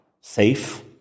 safe